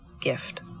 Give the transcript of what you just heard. gift